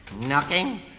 knocking